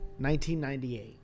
1998